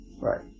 Right